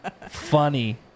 funny